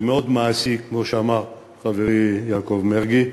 ומאוד מעשי, כמו שאמר חברי יעקב מרגי.